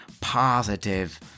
positive